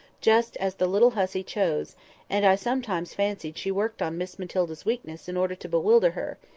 just as the little hussy chose and i sometimes fancied she worked on miss matilda's weakness in order to bewilder her,